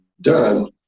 done